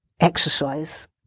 exercise